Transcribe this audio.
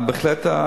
בהחלט,